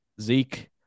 zeke